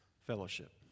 fellowship